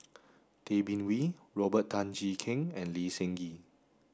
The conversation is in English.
Tay Bin Wee Robert Tan Jee Keng and Lee Seng Gee